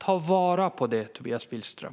Ta vara på det, Tobias Billström!